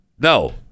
No